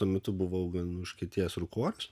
tuo metu buvau gan užkietėjęs rūkorius